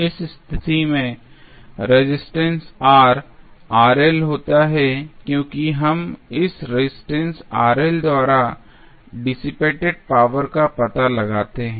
इस स्थिति में रेजिस्टेंस R होता है क्योंकि हम इस रेजिस्टेंस द्वारा डिसिपटेड पावर का पता लगाते हैं